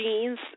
jeans